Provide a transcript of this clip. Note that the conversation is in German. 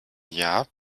jahr